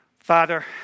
Father